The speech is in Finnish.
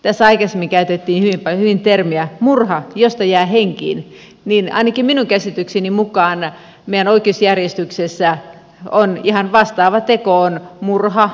kun tässä aikaisemmin käytettiin hyvin termiä murha josta jää henkiin niin ainakin minun käsitykseni mukaan meidän oikeusjärjestyksessä murha josta jää henkiin on ihan vastaava teko kuin pelkkä murha